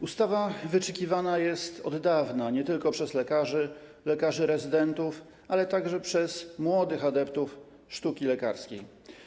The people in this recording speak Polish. Ustawa wyczekiwana jest od dawna, nie tylko przez lekarzy, lekarzy rezydentów, ale także przez młodych adeptów sztuki lekarskiej.